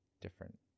different